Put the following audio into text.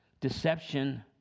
deception